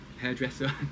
hairdresser